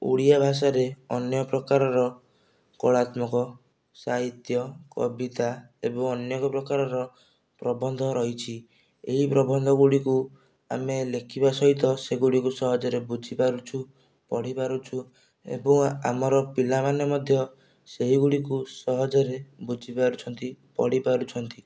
ଓଡ଼ିଆ ଭାଷାରେ ଅନେକ ପ୍ରକାରର କଳାତ୍ମକ ସାହିତ୍ୟ କବିତା ଏବଂ ଅନେକ ପ୍ରକାରର ପ୍ରବନ୍ଧ ରହିଛି ଏହି ପ୍ରବନ୍ଧ ଗୁଡ଼ିକୁ ଆମେ ଲେଖିବା ସହିତ ସେଗୁଡ଼ିକୁ ସହଜ ରେ ବୁଝି ପାରୁଛୁ ପଢ଼ି ପାରୁଛୁ ଏବଂ ଆମର ପିଲାମାନେ ମଧ୍ୟ ସେହି ଗୁଡ଼ିକୁ ସହଜରେ ବୁଝି ପାରୁଛନ୍ତି ପଢ଼ି ପାରୁଛନ୍ତି